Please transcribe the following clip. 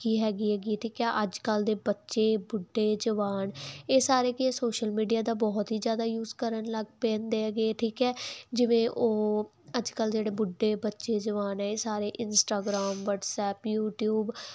ਹੈਗੀ ਹੈਗੀ ਠੀਕ ਆ ਅੱਜ ਕੱਲ ਦੇ ਬੱਚੇ ਬੁੱਢੇ ਜਵਾਨ ਇਹ ਸਾਰੇ ਕਿ ਸੋਸ਼ਲ ਮੀਡੀਆ ਦਾ ਬਹੁਤ ਹੀ ਜਿਆਦਾ ਯੂਜ ਕਰਨ ਲੱਗ ਪੈਂਦੇ ਹੈਗੇ ਠੀਕ ਹ ਜਿਵੇਂ ਉਹ ਅੱਜ ਕੱਲ ਜਿਹੜੇ ਬੁੱਢੇ ਬੱਚੇ ਜਵਾਨ ਹ ਸਾਰੇ ਇਸਟਾਗਰਾਮ ਵਟਸਐਪ ਯੂਟਿਊਬ